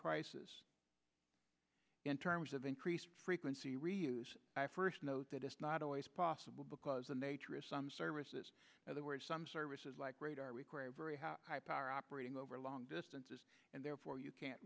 crisis in terms of increased frequency reuse i first note that it's not always possible because the nature of some services now there is some services like radar require a very high power operating over long distances and therefore you can't